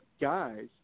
guys